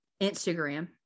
Instagram